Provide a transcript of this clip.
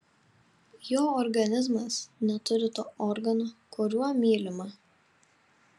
jo organizmas neturi to organo kuriuo mylima